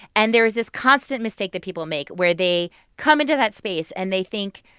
and there's this constant mistake that people make where they come into that space and they think,